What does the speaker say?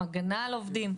עובדים, הגנה על עובדים.